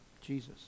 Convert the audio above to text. Jesus